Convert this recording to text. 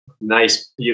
nice